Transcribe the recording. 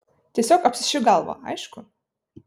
tiesiog apsišik galvą aišku